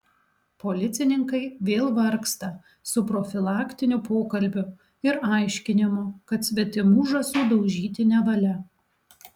policininkai vėl vargsta su profilaktiniu pokalbiu ir aiškinimu kad svetimų žąsų daužyti nevalia